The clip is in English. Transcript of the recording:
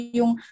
yung